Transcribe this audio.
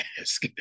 ask